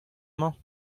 mañ